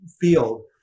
field